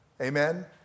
Amen